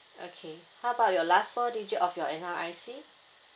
okay how about your last four digit of your N_R_I_C